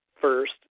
first